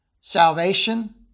salvation